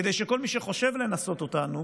כדי שכל מי שחושב לנסות אותנו,